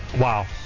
Wow